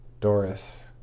Doris